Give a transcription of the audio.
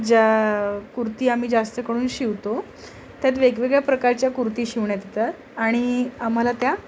ज्या कुर्ती आम्ही जास्तकडून शिवतो त्यात वेगवेगळ्या प्रकारच्या कुर्ती शिवण्यात येतात आणि आम्हाला त्या